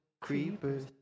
Creepers